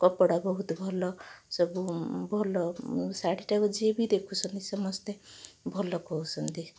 କପଡ଼ା ବହୁତ ଭଲ ସବୁ ଭଲ ଉଁ ଶାଢ଼ୀଟାକୁ ଯିଏବି ଦେଖୁଛନ୍ତି ସମସ୍ତେ ଭଲ କହୁଛନ୍ତି